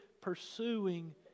pursuing